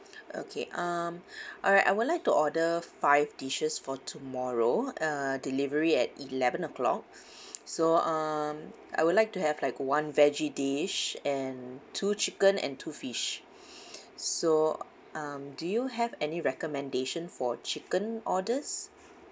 okay um alright I would like to order five dishes for tomorrow uh delivery at eleven o'clock so um I would like to have like one veggie dish and two chicken and two fish so um do you have any recommendation for chicken orders